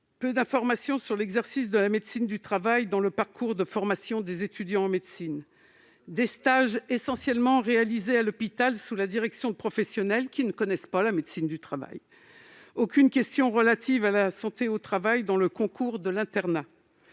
peu d'informations sur l'exercice de la médecine du travail durant la formation des étudiants en médecine ; des stages essentiellement réalisés à l'hôpital sous la direction de professionnels qui ne connaissent pas la médecine du travail ; aucune question relative à la santé au travail dans le concours de l'internat